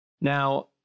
Now